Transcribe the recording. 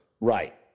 Right